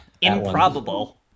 improbable